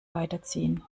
weiterziehen